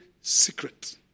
secret